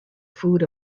food